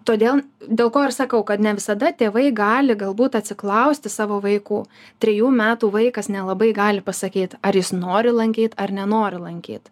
todėl dėl ko ir sakau kad ne visada tėvai gali galbūt atsiklausti savo vaikų trejų metų vaikas nelabai gali pasakyt ar jis nori lankyt ar nenori lankyt